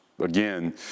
again